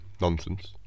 nonsense